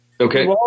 Okay